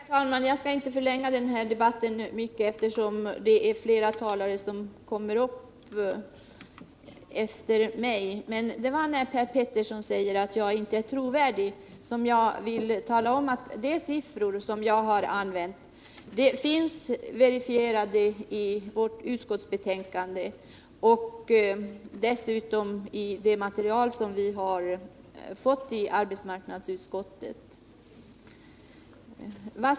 Herr talman! Jag skall inte förlänga debatten mycket, eftersom det är flera talare som kommer upp. Men när Per Petersson säger att jag inte är trovärdig, så vill jag tala om att de siffror jag har använt finns verifierade i vårt utskottsbetänkande och dessutom i det material vi har fått i arbetsmarknadsutskottet.